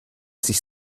sich